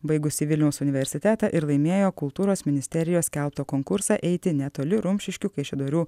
baigusi vilniaus universitetą ir laimėjo kultūros ministerijos skelbtą konkursą eiti netoli rumšiškių kaišiadorių